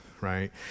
right